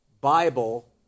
Bible